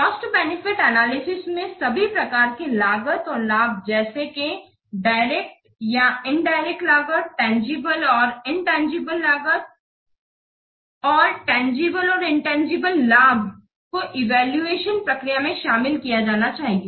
cost benefit analysis में सभी प्रकार के लागत और लाभ जैसे के डायरेक्ट या इंदिरेक्ट लागत तंजीबले और इनतंजीबले लागत और तंजीबले और इनतंजीबले लाभ को इवैल्यूएशन प्रक्रिया में शामिल किया जाना चाहिए